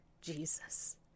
Jesus